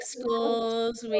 Schools